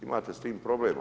Imate s tim problem.